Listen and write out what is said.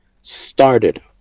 started